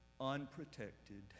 unprotected